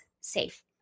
safe